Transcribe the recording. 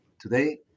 Today